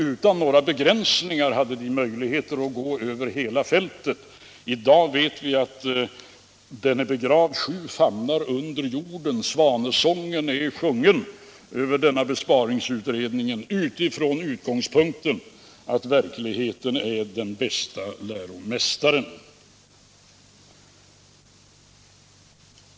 Utan några begränsningar hade den möjligheter att gå över hela fältet. I dag vet vi att den utredningen är begravd sju famnar under jord. Svanesången över denna besparingsutredning är sjungen utifrån utgångspunkten att verkligheten är den bästa läromästaren.